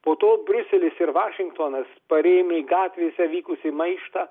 po to briuselis ir vašingtonas parėmė gatvėse vykusį maištą